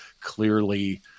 clearly